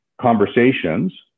conversations